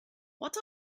what